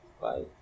Bye